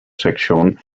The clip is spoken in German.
sektion